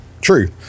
True